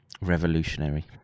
revolutionary